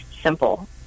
simple